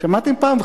שמעתם פעם,